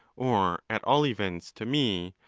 or at all events to me,